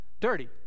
dirty